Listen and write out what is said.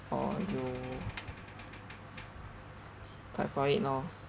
or you fight for it loh